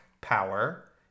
power